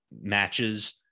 matches